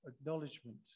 acknowledgement